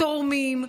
תורמים,